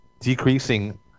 decreasing